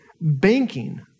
banking